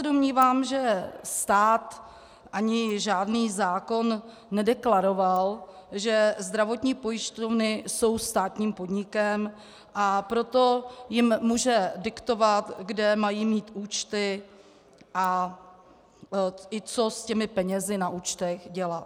Domnívám se, že stát ani žádný zákon nedeklaroval, že zdravotní pojišťovny jsou státním podnikem, a proto jim může diktovat, kde mají mít účty, a i to, co s těmi penězi na účtech dělat.